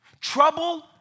trouble